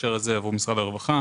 בהקשר הזה יבוא משרד הרווחה.